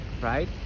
right